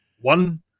one